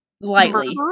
lightly